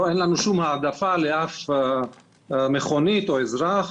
לא, אין לנו שום העדפה לאף מכונית או אזרח.